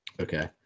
okay